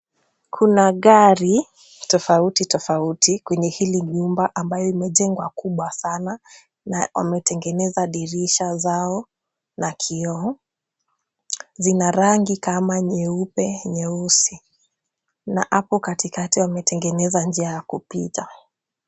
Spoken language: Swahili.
Kuna gari tofauti tofauti kwenye hili nyumba ambayo imejengwa kubwa sana na wametengeneza dirisha zao kwa kioo. Zina rangi kama nyeupe, nyeusi na hapo katikati wametengeneza njia ya kupita.